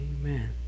Amen